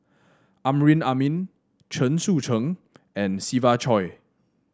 Amrin Amin Chen Sucheng and Siva Choy